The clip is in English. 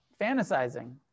fantasizing